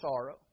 sorrow